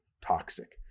toxic